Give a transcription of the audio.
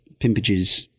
pimpages